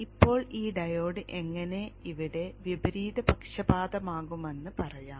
ഇപ്പോൾ ഈ ഡയോഡ് എങ്ങനെ ഇവിടെ വിപരീത പക്ഷപാതമാകുമെന്ന് പറയാം